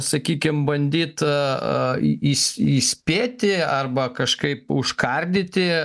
sakykim bandyt įspėti arba kažkaip užkardyti